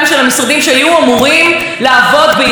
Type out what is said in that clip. מה שהפרקליטות מבקשת המשטרה לא יודעת,